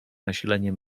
nasilenie